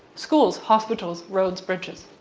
schools, hospitals, roads, bridges,